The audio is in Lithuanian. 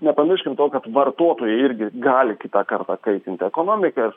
nepamirškim to kad vartotojai irgi gali kitą kartą kaitinti ekonomikas